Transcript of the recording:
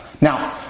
Now